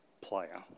player